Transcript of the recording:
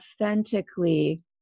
authentically